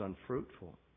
unfruitful